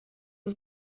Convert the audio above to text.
ist